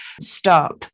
stop